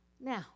Now